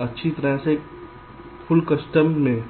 अच्छी तरह से फुल कस्टम में